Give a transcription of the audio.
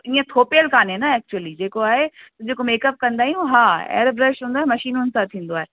इअं थोपियल काने न एक्चुली जेको आहे जेको मेकअप कंदा आहियूं हा एयर ब्रश हूंदो आहे मशीनुनि सां थींदो आहे